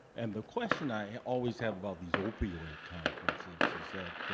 and the question i always have about these opioid conferences is that,